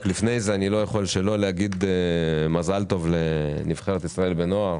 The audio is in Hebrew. רק לפני זה אני לא יכול שלא להגיד מזל טוב לנבחרת ישראל בנוער